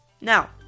Now